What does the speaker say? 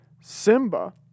Simba